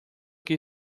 que